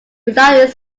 without